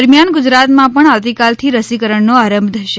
દરમિયાન ગુજરાતમાં પણ આવતીકાલથી રસીકરણનો આરંભ થશે